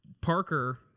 Parker